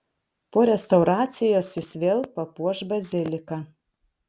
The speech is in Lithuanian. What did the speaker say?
po restauracijos jis vėl papuoš baziliką